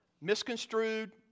Misconstrued